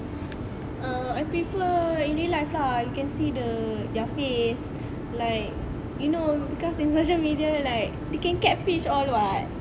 err I prefer in real life lah you can see the their face like you know because in social media like they can catfish all what correct right you can you can fish amateur